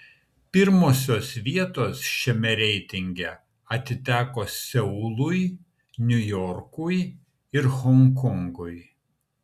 pirmosios vietos šiame reitinge atiteko seului niujorkui ir honkongui